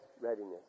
readiness